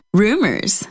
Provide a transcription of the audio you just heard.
rumors